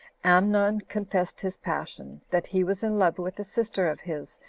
amnon confessed his passion, that he was in love with a sister of his,